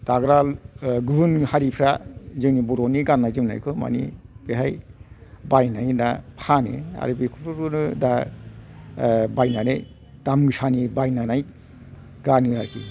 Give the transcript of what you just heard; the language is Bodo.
दाग्रा गुबुन ओह हारिफ्रा जोंनि बर'नि गाननाय जोमनायखौ मानि बेवहाय बायनानै फानो आरो बेफोरखौनो दा ओह बायनानै दाम गोसानि बायनानै गानो आरोखि